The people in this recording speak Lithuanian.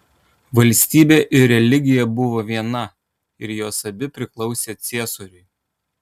valstybė ir religija buvo viena ir jos abi priklausė ciesoriui